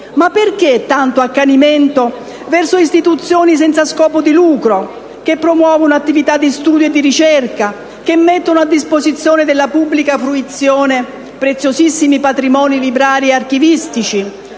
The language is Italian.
Ma perché tanto accanimento verso istituzioni senza scopo di lucro, che promuovono attività di studio e di ricerca, che mettono a disposizione della pubblica fruizione preziosissimi patrimoni librari e archivistici,